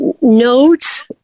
Notes